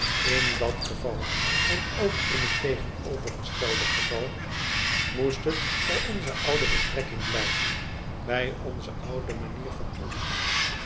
in dat geval en ook in het tegenovergestelde geval moest het bij onze oude betrekking blijven bij onze oude manier van omgang